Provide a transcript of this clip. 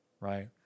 right